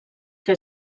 què